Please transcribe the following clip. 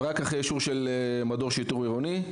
ורק אחרי אישור של מדור שיטור עירוני.